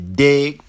dig